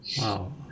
Wow